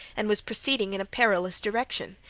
and was proceeding in a perilous direction.